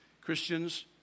Christians